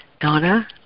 Donna